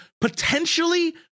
Potentially